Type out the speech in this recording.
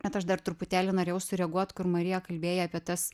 bet aš dar truputėlį norėjau sureaguot kur marija kalbėjai apie tas